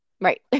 right